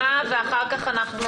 סגן השר יאמר דברי פתיחה ואחר כך נתקדם.